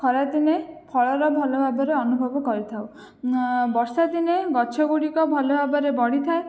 ଖରାଦିନେ ଫଳର ଭଲ ଭାବରେ ଅନୁଭବ କରିଥାଉ ବର୍ଷାଦିନେ ଗଛଗୁଡ଼ିକ ଭଲ ଭାବରେ ବଢ଼ିଥାଏ